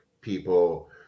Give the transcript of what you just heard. people